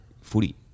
footy